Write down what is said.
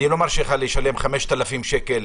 אני לא מרשה לך לשלם 5,000 שקל